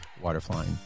waterflying